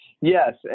Yes